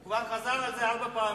הוא כבר חזר על זה ארבע פעמים.